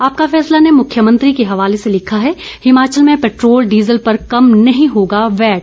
आपका फैसला ने मुख्यमंत्री के हवाले से लिखा है हिमाचल में पेट्रोल डीजल पर कम नहीं होगा वैट